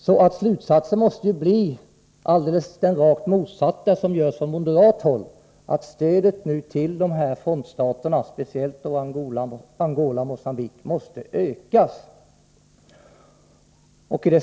Slutsatsen måste bli den rakt motsatta mot den som dras från moderat håll — nämligen att stödet till frontstaterna, framför allt Angola och Mogambique, måste ökas.